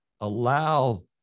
allow